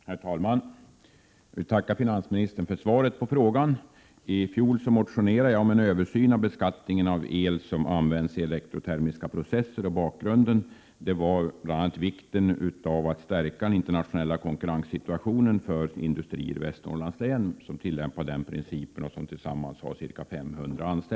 Herr talman! Jag vill tacka finansministern för svaret på frågan. I fjol motionerade jag om en översyn av beskattningen av el som används i elektrotermiska processer. Bakgrunden var bl.a. att det är viktigt att stärka den internationella konkurrenssituationen för industrier i Västernorrlands Prot. 1987/88:116 län som tillämpar den principen och som tillsammans har ca 500 anställda.